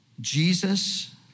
Jesus